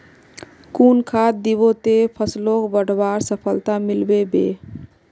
कुन खाद दिबो ते फसलोक बढ़वार सफलता मिलबे बे?